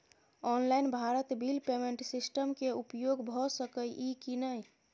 Online Bharat bill payment system के उपयोग भ सके इ की नय?